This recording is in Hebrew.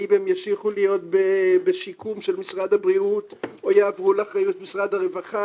האם ימשיכו להיות בשיקום של משרד הבריאות או יעברו לאחריות משרד הרווחה,